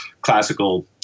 classical